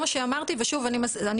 זה לא מה שאמרתי ושוב אני אומרת,